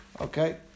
Okay